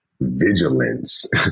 vigilance